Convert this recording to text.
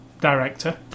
director